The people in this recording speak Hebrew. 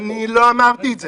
אני לא אמרתי את זה.